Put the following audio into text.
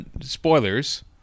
spoilers